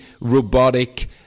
robotic